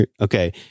Okay